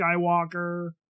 Skywalker